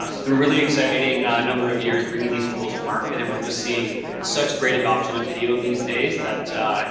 ah it's been a really exciting number of years bringing these tools to market and we're just seeing such great adoption of video these days that